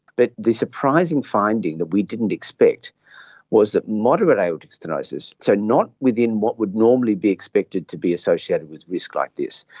but the surprising finding that we didn't expect was that moderate aortic stenosis, so not within what would normally be expected to be associated with risk like this,